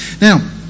Now